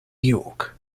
york